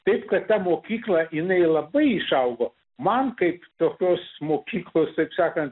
taip kad ta mokykla jinai labai išaugo man kaip tokios mokyklos taip sakant